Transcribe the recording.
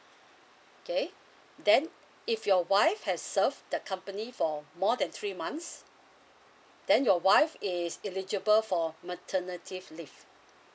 okay then if your wife has served that company for more than three months then your wife is eligible for maternity leave